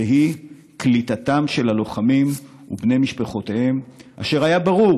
לקליטתם של הלוחמים ובני משפחותיהם, אשר היה ברור